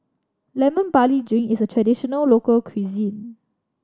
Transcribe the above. Lemon Barley Drink is a traditional local cuisine